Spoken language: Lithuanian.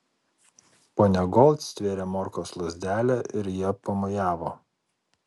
ponia gold stvėrė morkos lazdelę ir ja pamojavo